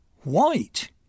white